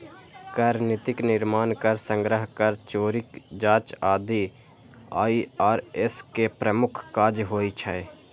कर नीतिक निर्माण, कर संग्रह, कर चोरीक जांच आदि आई.आर.एस के प्रमुख काज होइ छै